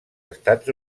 estats